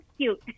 cute